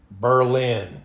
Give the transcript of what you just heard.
Berlin